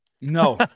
No